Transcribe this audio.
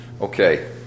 Okay